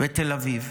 בת אביב,